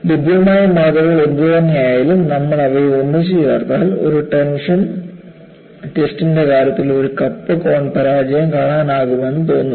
ലഭ്യമായ മാതൃകകൾ എന്തുതന്നെയായാലും നമ്മൾ അവയെ ഒന്നിച്ചുചേർത്താൽ ഒരു ടെൻഷൻ ടെസ്റ്റിന്റെ കാര്യത്തിൽ ഒരു കപ്പ് കോൺ പരാജയം കാണാനാകുമെന്ന് തോന്നുന്നു